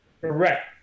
Correct